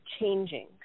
changing